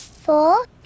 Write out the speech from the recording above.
Four